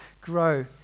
grow